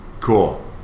Cool